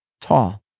tall